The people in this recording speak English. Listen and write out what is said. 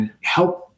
help